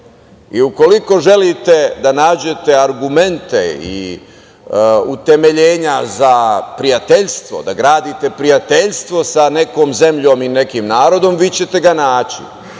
Ukoliko želite da nađete argumente i utemeljenja za prijateljstvo, da gradite prijateljstvo sa nekom zemljom i nekim narodom vi ćete ga naći,